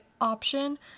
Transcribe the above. option